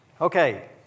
Okay